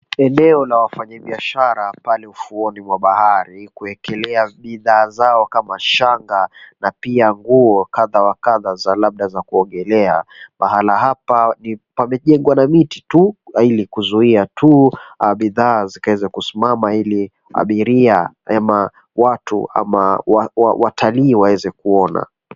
Eneo la wafanyibiashara pale ufuoni mwa bahari kuekelea bidhaa zao kama shanga na pia nguo kadha wa kadha labda za kuogelea. Pahala hapa pamejengwa na miti tu ili kuzuia tu bidhaa ziweze kusimama ili abiria ama watu ama watalii waweze kuona.